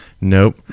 Nope